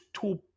two